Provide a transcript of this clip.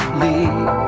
leave